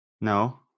No